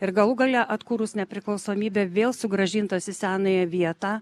ir galų gale atkūrus nepriklausomybę vėl sugrąžintas į senąją vietą